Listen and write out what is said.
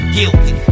guilty